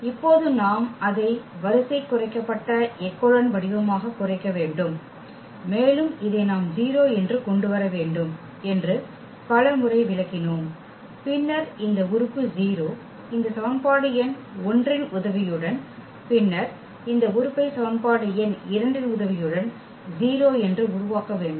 இப்போது நாம் அதை வரிசை குறைக்கப்பட்ட எக்கெலோன் வடிவமாகக் குறைக்க வேண்டும் மேலும் இதை நாம் 0 என்று கொண்டு வரவேண்டும் என்று பல முறை விளக்கினோம் பின்னர் இந்த உறுப்பு 0 இந்த சமன்பாடு எண் 1 இன் உதவியுடன் பின்னர் இந்த உறுப்பை சமன்பாடு எண் 2 இன் உதவியுடன் 0 என்று உருவாக்க வேண்டும்